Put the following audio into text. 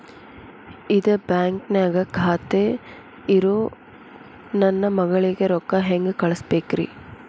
ಇದ ಬ್ಯಾಂಕ್ ನ್ಯಾಗ್ ಖಾತೆ ಇರೋ ನನ್ನ ಮಗಳಿಗೆ ರೊಕ್ಕ ಹೆಂಗ್ ಕಳಸಬೇಕ್ರಿ?